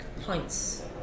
pints